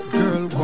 girl